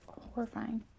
horrifying